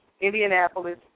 Indianapolis